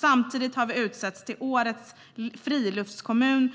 Samtidigt har vi utsetts till Årets Friluftskommun